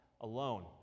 Alone